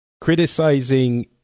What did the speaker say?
criticizing